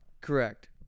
Correct